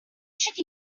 should